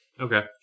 Okay